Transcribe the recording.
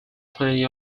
plenty